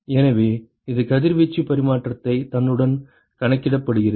எனவே அது கதிர்வீச்சு பரிமாற்றத்தை தன்னுடன் கணக்கிடுகிறது